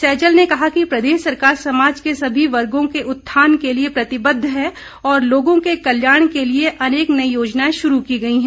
सैजल ने कहा कि प्रदेश सरकार समाज के सभी वर्गों के उत्थान के लिए प्रतिबद्ध है और लोगों के कल्याण के लिए अनेक नई योजनाएं शुरू की गई हैं